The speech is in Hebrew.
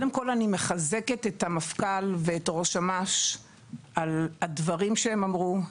קודם כל אני מחזקת את המפכ"ל ואת ראש אמ"ש על הדברים שהם אמרו.